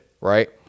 Right